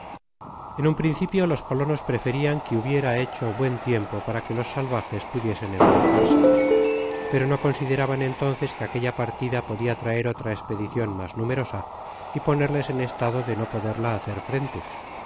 en un principio los colonos preferian que hnbiera hecho buen tiempo para que los salvajes pudiesen embarcarse pero no consideraban entonces que aquella partida podia traer otra espedicion mas numerosa y ponerles en estado de no poderla hacer frente